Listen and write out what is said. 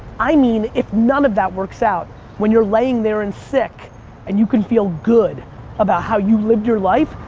i mean, if none of that works out when you're laying there in sick and you can feel good about how you lived your life,